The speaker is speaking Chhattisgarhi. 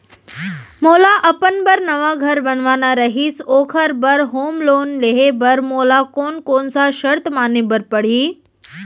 मोला अपन बर नवा घर बनवाना रहिस ओखर बर होम लोन लेहे बर मोला कोन कोन सा शर्त माने बर पड़ही?